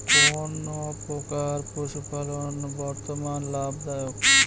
কোন প্রকার পশুপালন বর্তমান লাভ দায়ক?